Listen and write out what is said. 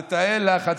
זה תאי לחץ,